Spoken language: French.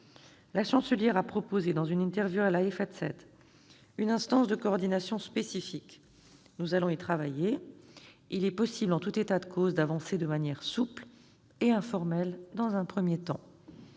La Chancelière a proposé dans une interview au une instance de coordination spécifique. Nous allons y travailler. Il est possible en tout état de cause d'avancer de manière souple et informelle dans un premier temps.